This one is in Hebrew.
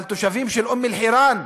אבל התושבים של אום-אלחיראן,